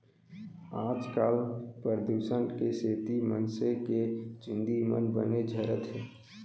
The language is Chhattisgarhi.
आजकाल परदूसन के सेती मनसे के चूंदी मन बने झरत हें